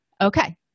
Okay